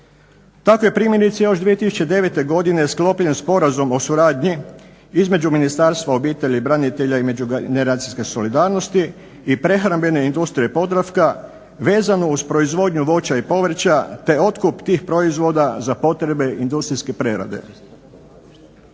Tako je primjerice još 2009. godine sklopljen sporazum o suradnji između Ministarstva obitelji, branitelja i međugeneracijske solidarnosti i Prehrambene industrije Podravka vezano uz proizvodnju voća i povrća te otkup tih proizvoda za potrebe industrijske prerade.